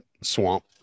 Swamp